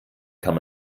kann